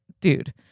dude